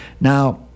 Now